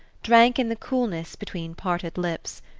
drank in the coolness between parted lips.